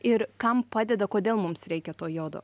ir kam padeda kodėl mums reikia to jodo